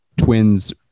Twins